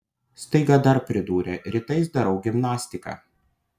staiga dar pridūrė rytais darau gimnastiką